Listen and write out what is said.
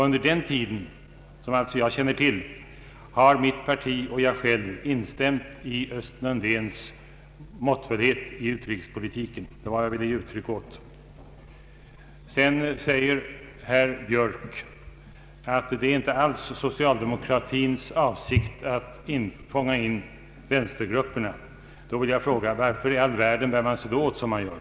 Under den tiden har jag och mitt parti instämt i Östen Undéns måttfullhet i utrikespolitiken. Det var vad jag ville ge uttryck åt. Herr Björk säger också att det inte alls är socialdemokratins avsikt att fånga in vänstergrupperna. Då vill jag fråga: Varför i all världen beter man sig då som man gör?